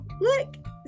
look